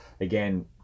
again